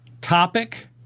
topic